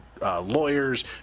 lawyers